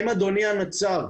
אדוני הניצב,